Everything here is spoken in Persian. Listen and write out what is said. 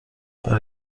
برا